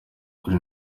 kuri